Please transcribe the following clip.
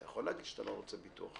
אתה יכול להגיד שאתה לא רוצה ביטוח.